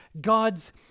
God's